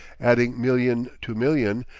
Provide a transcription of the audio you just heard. adding million to million,